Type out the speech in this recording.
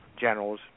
generals